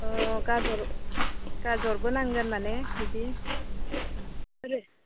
अ गाजर गाजरबो नांगोन माने बिदि आरो